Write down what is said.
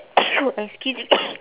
excuse me